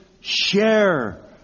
share